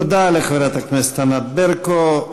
תודה לחברת הכנסת ענת ברקו.